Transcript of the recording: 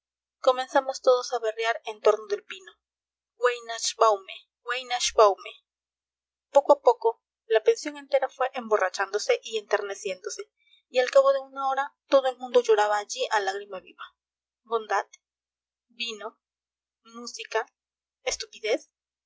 comenzamos todos a berrear en torno del pino weinachtsbaume weinachtsbaume poco a poco la pensión entera fue emborrachándose y enterneciéndose y al cabo de una hora todo el mundo lloraba allí a lágrima viva bondad vino música estupidez